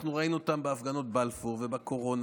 אנחנו ראינו אותם בהפגנות בלפור ובקורונה,